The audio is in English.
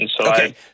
Okay